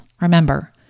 Remember